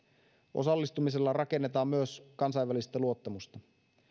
osallistumisella rakennetaan myös kansainvälistä luottamusta